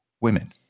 women